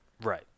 Right